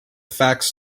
facts